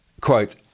Quote